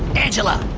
angela,